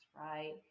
right